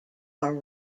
are